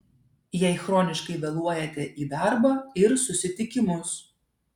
jei chroniškai vėluojate į darbą ir susitikimus